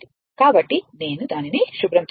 కాబట్టి నేను దానిని శుభ్రం చేస్తాను